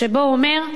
שבו הוא אומר,